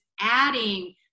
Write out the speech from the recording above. adding